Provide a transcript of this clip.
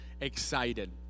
excited